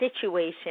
situation